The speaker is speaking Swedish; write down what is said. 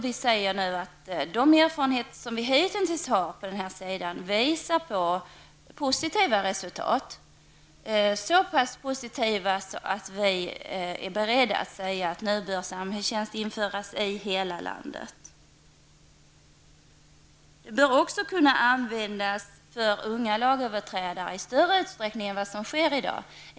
Vi säger nu att de erfarenheter som vi hittills har fått visar på positiva resultat, så positiva att vi tycker att samhällstjänst bör införas i hela landet. Det bör också kunna användas för unga lagöverträdare i större utsträckning än vad som sker i dag.